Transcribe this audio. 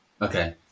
okay